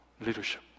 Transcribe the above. leadership